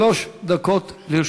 שלוש דקות לרשותך,